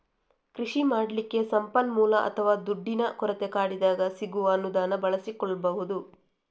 ಕೃಷಿ ಮಾಡ್ಲಿಕ್ಕೆ ಸಂಪನ್ಮೂಲ ಅಥವಾ ದುಡ್ಡಿನ ಕೊರತೆ ಕಾಡಿದಾಗ ಸಿಗುವ ಅನುದಾನ ಬಳಸಿಕೊಳ್ಬಹುದು